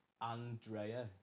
Andrea